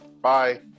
Bye